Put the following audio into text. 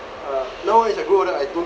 uh now as I grow older I don't